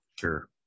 Sure